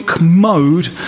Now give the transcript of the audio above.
Mode